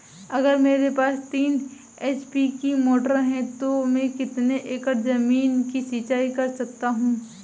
अगर मेरे पास तीन एच.पी की मोटर है तो मैं कितने एकड़ ज़मीन की सिंचाई कर सकता हूँ?